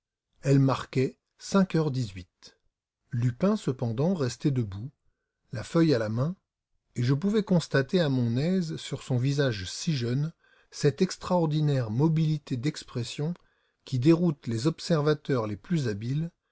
elle marquait cinq heures dix-huit lupin cependant restait debout la feuille à la main et je pouvais constater à mon aise sur son visage si jeune cette extraordinaire mobilité d'expression qui déroute les observateurs les plus habiles